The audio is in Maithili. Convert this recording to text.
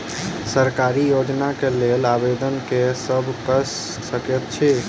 सरकारी योजना केँ लेल आवेदन केँ सब कऽ सकैत अछि?